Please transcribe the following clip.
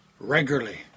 regularly